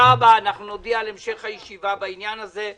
נודיע על המשך הישיבה בעניין הזה.